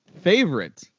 favorite